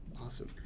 Awesome